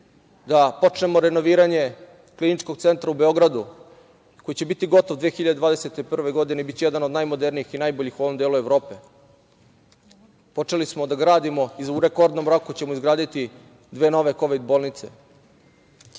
da počnemo renoviranje Kliničkog centra u Beogradu koji će biti gotovo 2021. godine i biće jedan od najmodernijih i najboljih u ovom delu Evrope. Počeli smo da gradimo i u rekordnom roku ćemo izgraditi dve nove kovid bolnice.